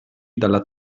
dalla